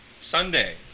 Sunday